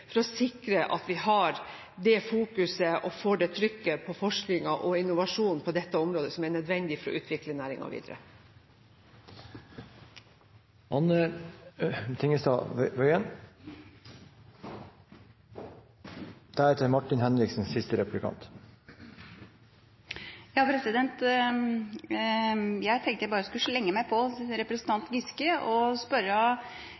for å sikre at vi har det fokuset og får det trykket på forskningen og innovasjonen på dette området som er nødvendig for å utvikle næringen videre. Jeg tenkte jeg bare skulle slenge meg på representant Giske og spørre